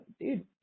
dude